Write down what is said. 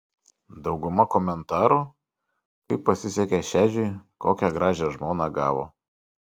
dauguma komentarų kaip pasisekė šedžiui kokią gražią žmoną gavo